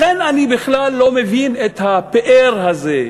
לכן אני בכלל לא מבין את ההתפארות הזו,